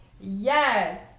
Yes